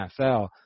NFL